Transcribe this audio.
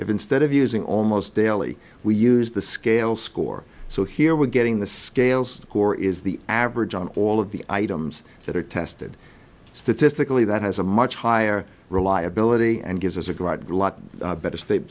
if instead of using almost daily we use the scale score so here we're getting the scales core is the average on all of the items that are tested statistically that has a much higher reliability and gives us a great lot better sta